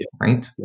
right